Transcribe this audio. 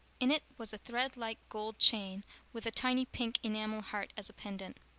in it was a thread-like gold chain with a tiny pink enamel heart as a pendant.